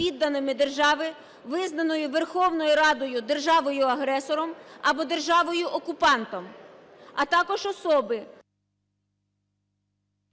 підданими держави, визнаної Верховною Радою державою-агресором або державою-окупантом, а також особи…